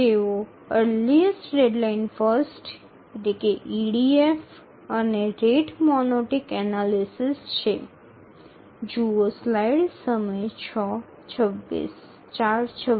તેઓ earliest deadline first EDF અને rate monotonic analysis છે